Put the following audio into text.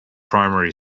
primary